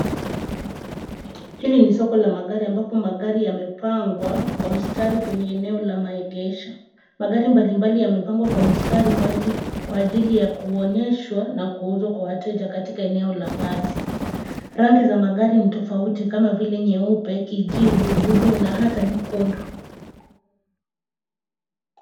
Hili ni soko la magari ambapo magari yamepangwa kwa mstari kwenye eneo la maegesho. Magari mbalimbali yamepangwa kwa mstari kwa ajili ya kuonyeshwa na kuuzwa kwa wateja katika eneo la wazi. Rangi za magari ni tofauti kama vile nyeupe, kijivu, buluu na hata nyekundu.